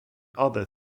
other